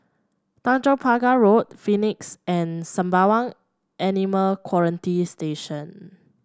Tanjong Pagar Road Phoenix and Sembawang Animal Quarantine Station